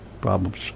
problems